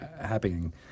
happening